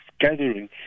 gathering